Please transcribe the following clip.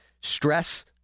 stress